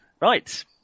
right